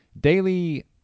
daily